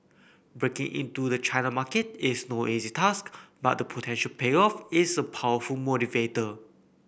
breaking into the China market is no easy task but the potential payoff is a powerful motivator